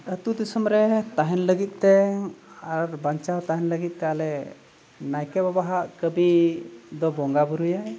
ᱟᱛᱳ ᱫᱤᱥᱚᱢ ᱨᱮ ᱛᱟᱦᱮᱱ ᱞᱟᱹᱜᱤᱫᱼᱛᱮ ᱟᱨ ᱵᱟᱧᱪᱟᱣ ᱛᱟᱦᱮᱱ ᱞᱟᱹᱜᱤᱫᱼᱛᱮ ᱟᱞᱮ ᱱᱟᱭᱠᱮ ᱵᱟᱵᱟᱣᱟᱜ ᱠᱟᱹᱢᱤ ᱫᱚ ᱵᱚᱸᱜᱟ ᱵᱩᱨᱩᱭᱟᱭ